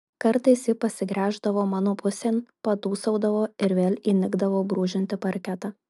kartais ji pasigręždavo mano pusėn padūsaudavo ir vėl įnikdavo brūžinti parketą